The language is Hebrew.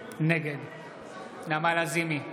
נגד נעמה לזימי,